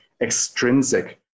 extrinsic